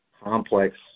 Complex